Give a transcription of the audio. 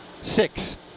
six